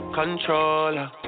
controller